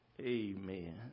Amen